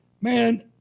man